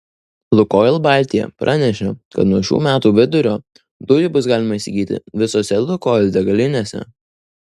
lukoil baltija pranešė kad nuo šių metų vidurio dujų bus galima įsigyti visose lukoil degalinėse